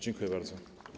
Dziękuję bardzo.